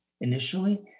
initially